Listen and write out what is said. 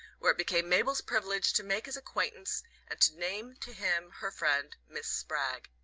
where it became mabel's privilege to make his acquaintance and to name to him her friend miss spragg.